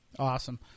Awesome